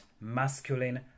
masculine